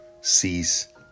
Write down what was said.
cease